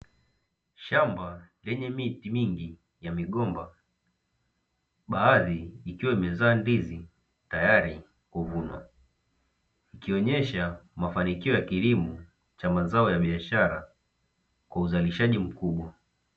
Shamba lenye miti mingi ya migomba baadhi ikiwa imezaa ndizi tayari kuvunwa, ikionesha mafanikio ya kilimo cha mazao ya biashara kwa uzalishaji mkubwa.